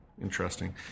Interesting